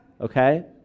okay